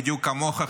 בדיוק כמוך,